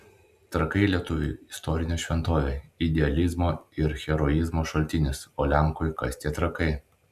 trakai lietuviui istorinė šventovė idealizmo ir heroizmo šaltinis o lenkui kas tie trakai